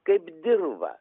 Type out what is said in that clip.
kaip dirvą